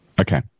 okay